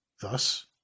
thus